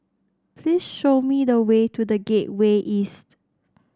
please show me the way to The Gateway East